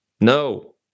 No